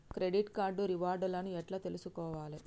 Credit card reward లను ఎట్ల తెలుసుకోవాలే?